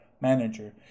manager